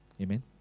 Amen